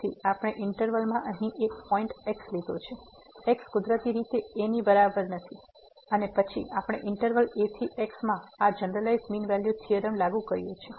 તેથી આપણે ઇન્ટરવલ માં અહીં એક પોઈન્ટ X લીધો છે x કુદરતી રીતે a ની બરાબર નથી અને પછી આપણે ઇન્ટરવલ a થી x માં આ જનારલાઈઝ મીન વેલ્યુ થીયોરમ લાગુ કર્યું છે